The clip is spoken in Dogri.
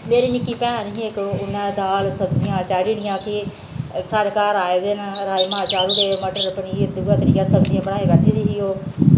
मेरी निक्की भैन ही इक उ'नें दाल सब्जियां चाढ़ी ओड़ियां कि साढ़े घर आए दे न राजमांह् चाढ़ी ओड़ मटर पनीर दूआ त्रिया सब्जियां बनाई ऐठी दी ही ओह्